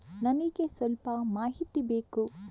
ನನಿಗೆ ಸ್ವಲ್ಪ ಮಾಹಿತಿ ಬೇಕು